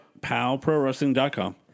powprowrestling.com